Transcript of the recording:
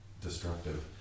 destructive